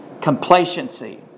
Complacency